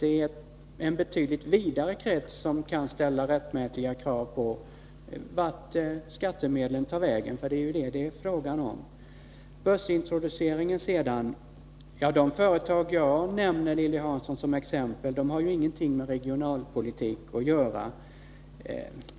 Det är en betydligt vidare krets som kan ställa rättmätiga krav på information om vart skattemedlen tar vägen — det är ju vad det är fråga om. När det slutligen gäller börsintroduktionen vill jag säga till Lilly Hansson att de företag jag nämner som exempel inte har någonting med regionalpolitik att göra.